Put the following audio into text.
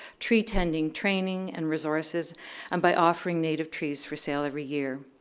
tree tending training and resources and by offering native trees for sale every year.